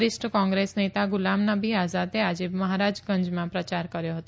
વરિષ્ઠ કોંગ્રેસ નેતા ગુલામનબી આઝાદે આજે મહારાજગંજમાં પ્રચાર કર્યો હતો